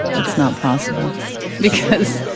that's not possible because,